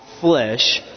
flesh